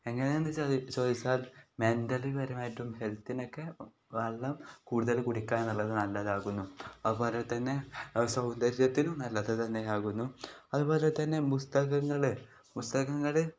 എങ്ങനെയെന്നു ചോ ചോദിച്ചാൽ മെൻ്റലി പെരുമാറ്റവും ഹെൽത്തിനൊക്കെ വെള്ളം കൂടുതൽ കുടിക്കാനുള്ളത് നല്ലതാകുന്നു അതുപോലെ തന്നെ സൗന്ദര്യത്തിനും നല്ലത് തന്നെയാകുന്നു അതുപോലെ തന്നെ പുസ്തകങ്ങൾ പുസ്തകങ്ങൾ